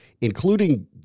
including